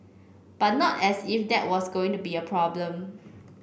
but not as if that was going to be a problem